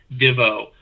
divo